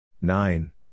nine